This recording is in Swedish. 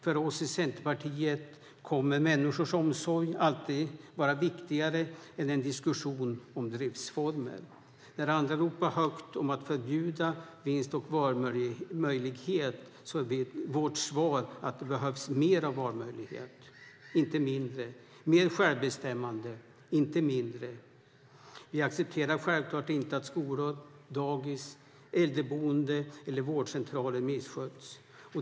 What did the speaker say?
För oss i Centerpartiet kommer människors omsorg alltid att vara viktigare än en diskussion om driftsformer. När andra ropar högt om att förbjuda vinster och valmöjligheter är vårt svar att det behövs mer valmöjligheter, inte mindre, mer självbestämmande, inte mindre. Vi accepterar självklart inte att skolor, dagis, äldreboenden eller vårdcentraler missköts.